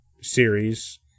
series